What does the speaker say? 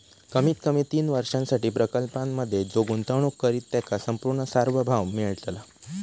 कमीत कमी तीन वर्षांसाठी प्रकल्पांमधे जो गुंतवणूक करित त्याका संपूर्ण सार्वभौम मिळतला